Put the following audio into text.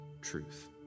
truth